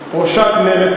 ראשת מרצ,